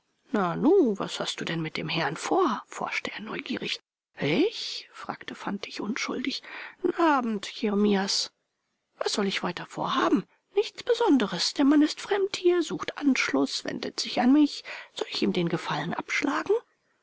was hast du denn mit dem herrn vor forschte er neugierig ich fragte fantig unschuldig n abend jeremias was soll ich weiter vorhaben nichts besonderes der mann ist fremd hier sucht anschluß wendet sich an mich soll ich ihm den gefallen abschlagen